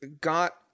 got